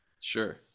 Sure